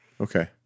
Okay